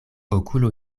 okulo